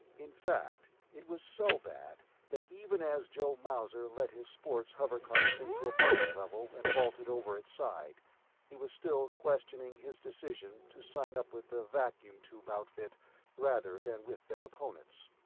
in fact, it was so bad that even as joe mauser let his sports hovercar sink to a parking level and vaulted over its side he was still questioning his decision to sign up with the vacuum tube outfit rather than with their opponents.